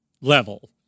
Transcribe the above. level